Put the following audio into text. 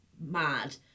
mad